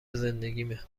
زندگیمه